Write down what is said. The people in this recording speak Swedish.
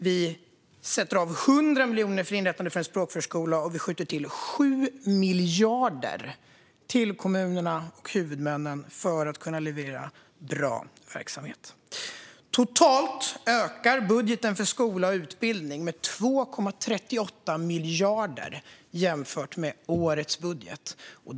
Vi avsätter 100 miljoner för inrättandet av språkförskola, och vi skjuter till 7 miljarder till kommunerna och huvudmännen för att de ska kunna leverera bra verksamhet. Totalt ökar budgeten för skola och utbildning med 2,38 miljarder jämfört med årets budget.